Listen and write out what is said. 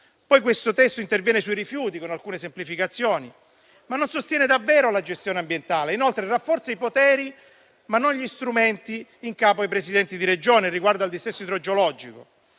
sul punto. Il testo interviene poi sui rifiuti con alcune semplificazioni, ma non sostiene davvero la gestione ambientale. Inoltre, rafforza i poteri, ma non gli strumenti in capo ai Presidenti di Regione riguardo al dissesto idrogeologico.